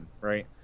right